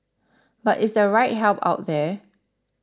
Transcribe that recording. but is their right help out there